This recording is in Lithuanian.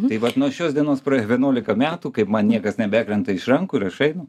tai vat nuo šios dienos praėjo vienuolika metų kaip man niekas nebekrenta iš rankų ir aš einu